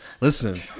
Listen